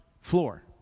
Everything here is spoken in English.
floor